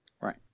Right